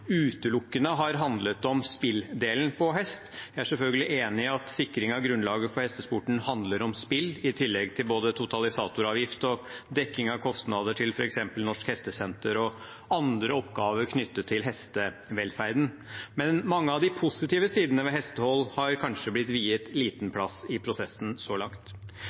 utelukkende har handlet om spilldelen. Jeg er selvfølgelig enig i at sikring av grunnlaget for hestesporten handler om spill, i tillegg til både totalisatoravgift og dekking av kostnader til f.eks. Norsk Hestesenter og andre oppgaver knyttet til hestevelferden. Men mange av de positive sidene ved hestehold har kanskje blitt viet liten plass i prosessen så langt.